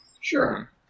Sure